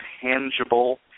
tangible